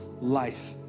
life